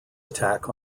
attack